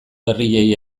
berriei